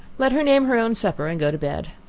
let her name her own supper, and go to bed.